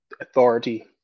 authority